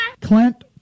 Clint